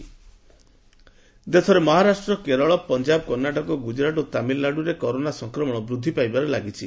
Covid status ଦେଶରେ ମହାରାଷ୍ଟ୍ର କେରଳ ପଞ୍ଜାବ କର୍ଣ୍ଣାଟକ ଗୁଜରାଟ ଓ ତାମିଲନାଡୁରେ କରୋନା ସଂକ୍ରମଣ ବୃଦ୍ଧି ପାଇବାରେ ଲାଗିଛି